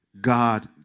God